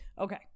Okay